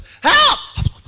Help